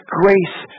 grace